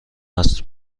است